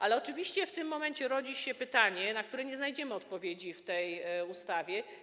Ale oczywiście w tym momencie rodzi się pytanie, na które nie znajdziemy odpowiedzi w tej ustawie: